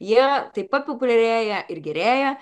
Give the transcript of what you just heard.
jie taip pat populiarėja ir gerėja